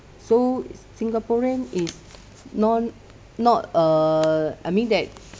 so singaporean is known not err I mean that